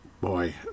boy